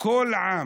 כל עם,